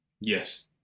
Yes